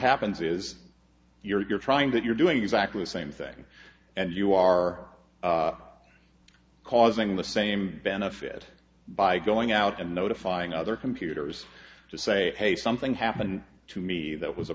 happens is you're trying that you're doing exactly the same thing and you are causing the same benefit by going out and notifying other computers to say hey something happened to me that was a